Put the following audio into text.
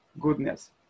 goodness